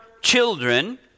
children